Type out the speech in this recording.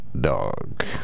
Dog